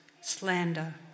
slander